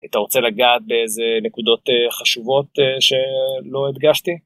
אתה רוצה לגעת באיזה נקודות חשובות שלא הדגשתי?